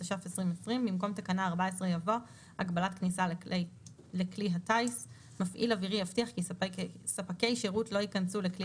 התש"ף 2020 במקום תקנה 14 יבוא: "הגבלת כניסה לכלי 14. הטיס מפעיל אווירי יבטיח כי ספקי שירות לא ייכנסו לכלי